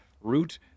route